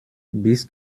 bist